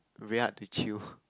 very hard to chew